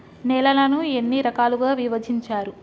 నేలలను ఎన్ని రకాలుగా విభజించారు?